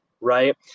Right